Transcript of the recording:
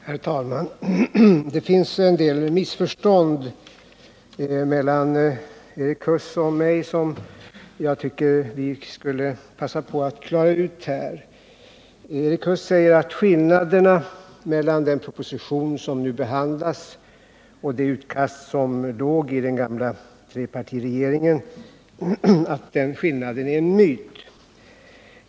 Herr talman! Det finns en del missförstånd mellan Erik Huss och mig som jag tycker att vi borde passa på att klara ut här. Erik Huss säger att skillnaderna mellan den proposition som nu behandlas och det utkast som fanns inom den gamla trepartiregeringen är en myt.